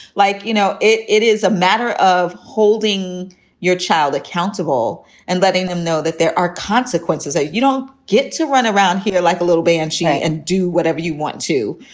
like, you know, it it is a matter of holding your child accountable and letting them know that there are consequences, that you don't get to run around here like a little banshee and do whatever you want to.